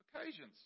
occasions